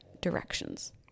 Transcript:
directions